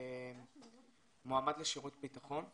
מועמד לשירות ביטחון.